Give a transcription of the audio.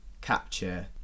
capture